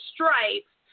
Stripes